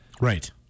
Right